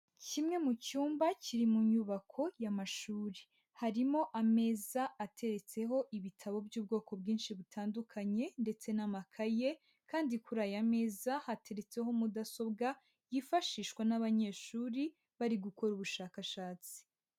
Kimwe mu cyumba kiri mu nyubako y'amashuri, harimo ameza ateretseho ibitabo by'ubwoko bwinshi butandukanye ndetse n'amakaye kandi kuri aya meza hateretseho mudasobwa yifashishwa n'abanyeshuri bari gukora ubushakashatsi.